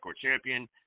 Champion